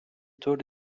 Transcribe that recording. طور